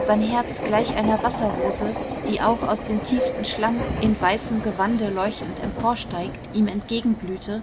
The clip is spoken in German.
sein herz gleich einer wasserrose die auch aus dem tiefsten schlamm in weißem gewande leuchtend emporsteigt ihm entgegenblühte